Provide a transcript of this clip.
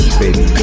baby